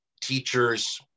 teachers